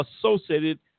associated